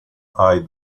eye